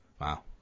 Wow